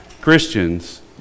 Christians